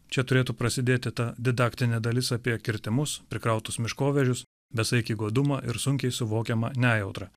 čia turėtų prasidėti ta didaktinė dalis apie kirtimus perkrautus miškovežius besaikį godumą ir sunkiai suvokiamą nejautrą